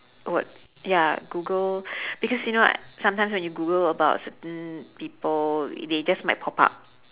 what ya google because you know like sometimes when you google about certain people they just might pop up